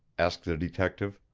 asked the detective.